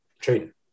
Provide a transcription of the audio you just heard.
trading